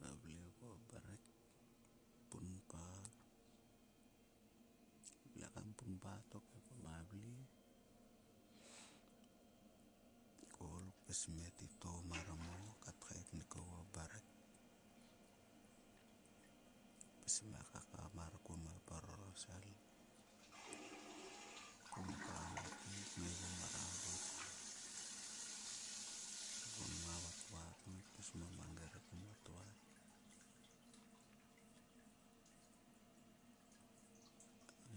Valve ogua mrek punpa, vle kam punpa tokhe kuma vle koul kpis me titou mar mo kaeknik ogua mrek, kpis me kaka mar kua ma plorosel. Punpa mote ngaigu mravos oguom vatvat. Kngai pis mo magi ruk kuo vatvat.